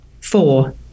four